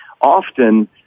often